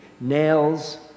nails